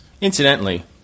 Incidentally